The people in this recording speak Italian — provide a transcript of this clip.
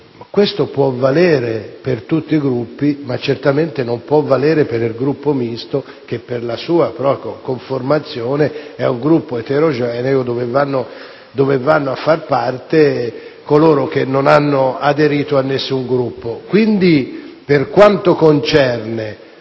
Questo può valere per tutti i Gruppi, ma certamente non può valere per il Gruppo Misto, che per la sua conformazione è un Gruppo eterogeneo, dove confluiscono coloro che non hanno aderito a nessun altro Gruppo. Quindi, per quanto concerne